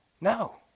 No